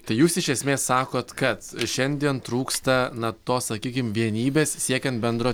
tai jūs iš esmės sakot kad šiandien trūksta na tos sakykim vienybės siekiant bendro